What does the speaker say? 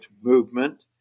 movement